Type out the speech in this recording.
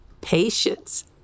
patience